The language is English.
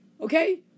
okay